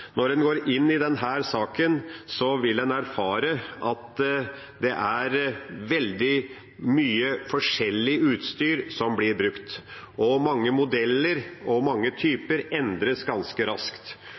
Når en går inn i denne saken, vil en erfare at det er veldig mye forskjellig utstyr som blir brukt, og mange modeller og mange